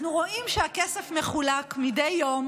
אנחנו רואים שהכסף מחולק מדי יום